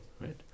right